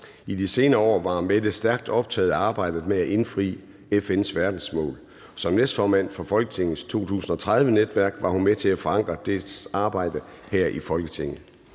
I de senere år var Mette stærkt optaget af arbejdet med at indfri FN's verdensmål. Som næstformand for Folketingets 2030-netværk var hun med til at forankre dets arbejde her i Folketinget.